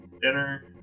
Dinner